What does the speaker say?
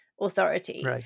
authority